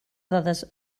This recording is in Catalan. dades